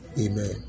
Amen